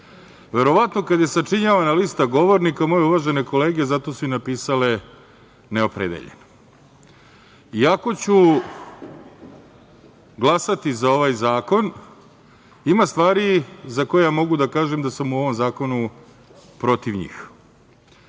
Verovatno kada je sačinjavana lista govornika moje uvažene kolege zato su i napisale neopredeljen. Iako ću glasati za ovaj zakon ima stvari za koje mogu da kažem da sam u ovom zakonu protiv njih.